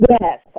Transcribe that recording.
Yes